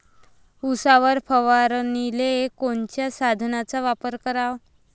उसावर फवारनीले कोनच्या साधनाचा वापर कराव?